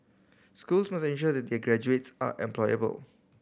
schools must ensure that their graduates are employable